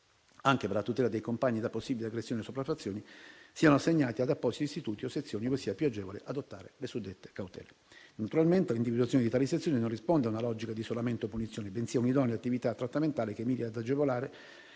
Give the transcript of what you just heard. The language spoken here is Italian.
anche per la tutela dei compagni da possibili aggressioni o sopraffazioni, siano assegnati ad appositi istituti o sezioni ove sia più agevole adottare le suddette cautele. Naturalmente, l'individuazione di tali sezioni non risponde a una logica di isolamento o punizione, bensì a un'idonea attività trattamentale che miri ad agevolare,